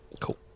Cool